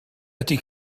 ydy